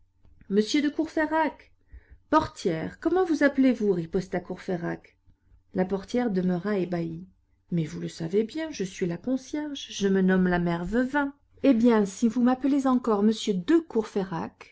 monsieur de courfeyrac portière comment vous appelez-vous riposta courfeyrac la portière demeura ébahie mais vous le savez bien je suis la concierge je me nomme la mère veuvain eh bien si vous m'appelez encore